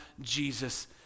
Jesus